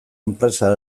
enpresa